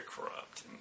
corrupt